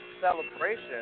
Celebration